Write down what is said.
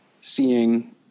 seeing